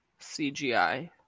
CGI